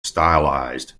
stylised